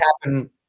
happen